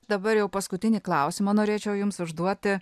dabar jau paskutinį klausimą norėčiau jums užduoti